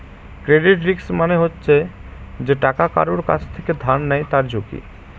credit risk মানে হচ্ছে যে টাকা কারুর কাছ থেকে ধার নেয় তার ঝুঁকি